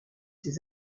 ses